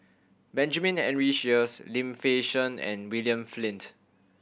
Benjamin Henry Sheares Lim Fei Shen and William Flint